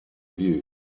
view